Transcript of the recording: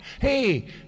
Hey